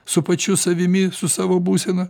su pačiu savimi su savo būsena